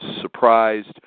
surprised